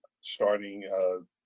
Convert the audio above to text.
starting